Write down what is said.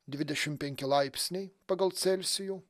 dvidešim penki laipsniai pagal celsijų